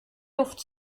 luft